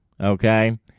Okay